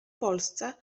polsce